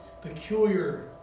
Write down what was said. peculiar